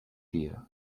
dia